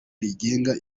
rigenga